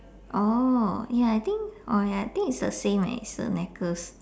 orh ya I think oh ya I think it's the same leh it's a necklace